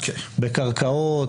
בקרקעות,